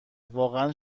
واقعا